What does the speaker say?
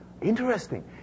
Interesting